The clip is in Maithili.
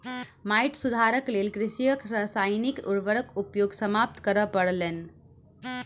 माइट सुधारक लेल कृषकक रासायनिक उर्वरक उपयोग समाप्त करअ पड़लैन